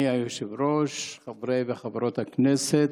אדוני היושב-ראש, חברי וחברות הכנסת,